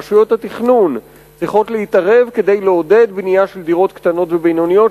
רשויות התכנון צריכים להתערב כדי לעודד בנייה של דירות קטנות ובינוניות,